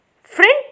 friend